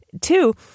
two